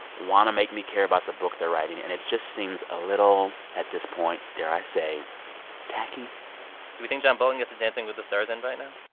want to make me care about the book they're writing, and it just seems a little, at this point dare i say tacky do you think john bolton gets a dancing with the stars invite now.